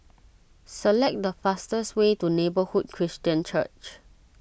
select the fastest way to Neighbourhood Christian Church